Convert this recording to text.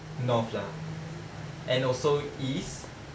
north lah and also east